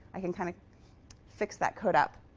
i can kind of fix that code up